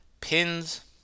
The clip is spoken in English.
pins